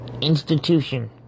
Institution